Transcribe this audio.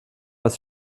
das